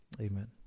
amen